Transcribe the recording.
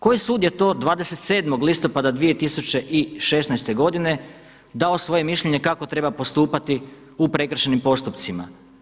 Koji sud je to 27. listopada 2016. godine dao svoje mišljenje kako treba postupati u prekršajnim postupcima?